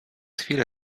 chwilę